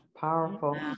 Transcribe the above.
Powerful